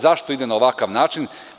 Zašto ide na ovakav način?